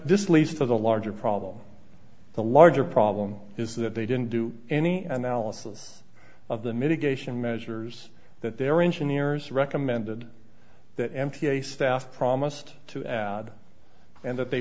this leads to the larger problem the larger problem is that they didn't do any analysis of the mitigation measures that their engineers recommended that m t a staff promised to add and that they